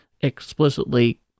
explicitly